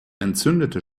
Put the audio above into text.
entzündete